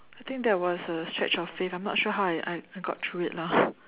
I think that was a scratch of face I'm not sure how I I got through it lah